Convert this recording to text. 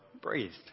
breathed